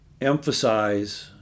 emphasize